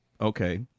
Okay